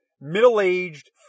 middle-aged